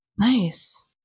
Nice